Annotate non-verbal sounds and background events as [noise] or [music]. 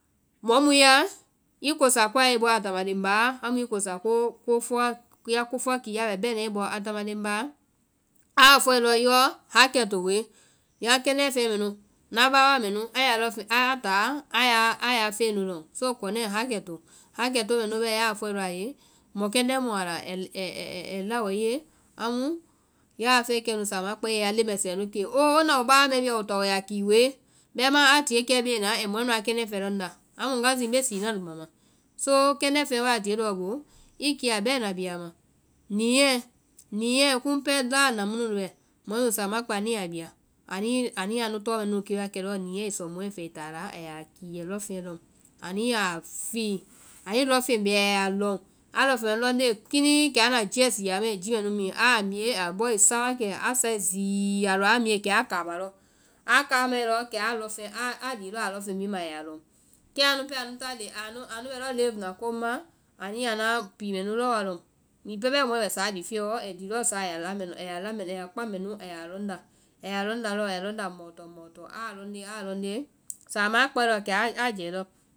Mɔ mu i ya i kosa koae ya i bɔ adama leŋ báa, amu i kosa [hesitation] kofɔa, ya kofɔ kiiɛ bɛ bɛna i bɔ adama leŋ báa, aa fɔe lɔ yɔɔ hakɛto woe, ya kɛndɛ́ feŋɛ mɛ nu, na báwaa mɛ nu a ya lɔŋ fe- a táa [hesitation] aa ya feŋɛ nu lɔŋ so kɔnɛɛ hakɛto. Hakɛto mɛ nu bɛɛ ya a fɔe a ye, mɔkɛndɛ́ mu a la, ɛɛ [hesitation] ɛɛ lao wa i yee. amu ya a fɛɛ kɛnu samaã a kpɛe i ya leŋ mɛsɛɛ nu kee oo wo na woe báwaa mɛɛ bia wo taa wo ya kii woe. bɛimaã a tie kɛ bee na ai mɔɛ nuã lɔŋfeŋɛ nu lɔŋ nda, amu ŋgae zii mbe sii na luma ma. So kɛndɛ́ feŋɛ a tie i boo i kia bɛna bi a ma. Niɛ, niɛ kumu pɛɛ laa naã mu nu bɛ, mɔɛ nu sámaã kpɛe anu ya a bia, anii, ani anu tɔɛ mɔ nu kee wa kɛ lɔɔ niɛ i sɔ mɔɛ fɛ ai taa ala ani yaa kii ai lɔŋfeŋɛ lɔŋ. Ani ya fíí ani lɔŋfeŋ bee a ye a lɔŋ, a lɔŋfeŋ mɛ nu lɔŋ nde lɔɔ kinii kɛ anda jiɛ sii a mai a ya mi, aa mie a bɔi sa wa kɛ, a sae zii alɔ a miɛ kɛ a kama lɔ, a kamae kɛ a lɔŋ feŋ, a [hesitation] lii lɔ a lɔŋfeŋ bhii ma a ya lɔŋ. Kɛ anu pɛɛ ana li- [hesitation] anu bɛ lɔɔ live na komu maã, anu ya anuã pii mɛ nu lɔɔ wa lɔŋ. Hiŋi pɛɛ bɛɛ mɔɛ bɛ saɔ lifiɔ, ai ti lɔɔ saɔ a ya la mɛnu- ɛ ya kpaŋ mɛ nu ɛ ya lɔŋ nda, a ya lɔŋ nda lɔɔ mɔɔtɔ mɔɔtɔ, samaã kpɛe kɛ a jɛɛ lɔ.